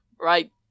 right